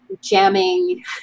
jamming